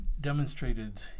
demonstrated